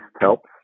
helps